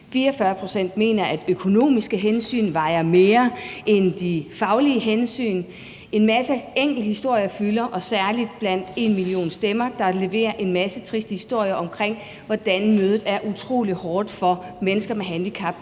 44 pct. mener, at økonomiske hensyn vejer mere end de faglige hensyn. En masse enkelthistorier fylder, særlig blandt #enmillionstemmer, der leverer en masse triste historier om, hvordan mødet med systemet er utrolig hårdt for mennesker med handicap.